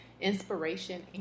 inspiration